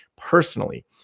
personally